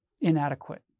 inadequate